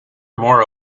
more